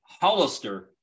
Hollister